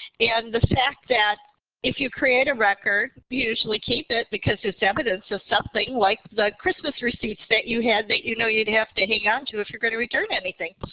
and the fact that if you create a record you usually keep it because it's evidence of something. like the christmas receipts that you had that you know you'd have to hang onto if you're going to return anything.